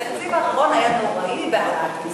התקציב האחרון היה נוראי בהעלאת מסים,